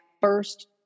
first